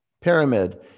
Pyramid